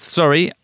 sorry